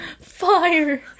fire